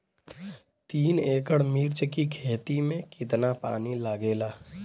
तीन एकड़ मिर्च की खेती में कितना पानी लागेला?